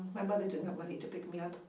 my mother didn't have money to pick me up,